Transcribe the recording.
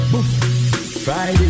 Friday